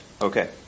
Okay